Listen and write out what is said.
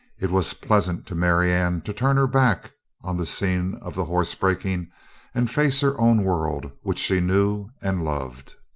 it was pleasant to marianne to turn her back on the scene of the horse-breaking and face her own world which she knew and loved.